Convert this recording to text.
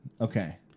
Okay